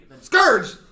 Scourge